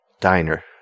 Diner